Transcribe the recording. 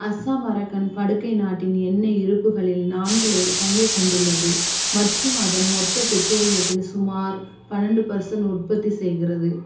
அஸ்ஸாம் அரக்கன் படுக்கை நாட்டின் எண்ணெய் இருப்புக்களில் நான்கில் ஒரு பங்கைக் கொண்டுள்ளது மற்றும் அதன் மொத்த பெட்ரோலியத்தில் சுமார் பன்னெண்டு பெர்சண்ட் உற்பத்தி செய்கிறது